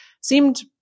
seemed